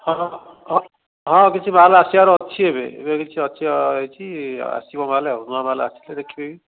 ହଁ ହଁ କିଛି ମାଲ୍ ଆସିବାର ଅଛି ଏବେ ଏବେ କିଛି ଅଛି ରହିଛି ଆସିବ ମାଲ୍ ଆଉ ନୂଆ ମାଲ୍ ଆସିଲେ ଦେଖିବେ ବି